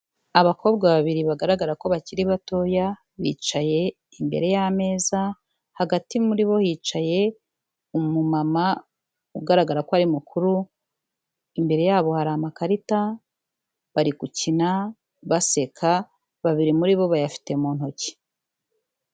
Abakobwa babiri bagaragara ko bakiri batoya, bicaye imbere y'ameza, hagati muri bo hicaye umumama ugaragara ko ari mukuru, imbere yabo hari amakarita, bari gukina, baseka, babiri muri bo bayafite mu ntoki.